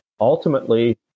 ultimately